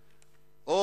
זחאלקה,